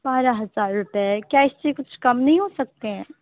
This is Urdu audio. بارہ ہزار روپے کیا اس سے کچھ کم نہیں ہو سکتے ہیں